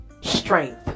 strength